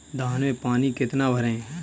धान में पानी कितना भरें?